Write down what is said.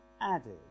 added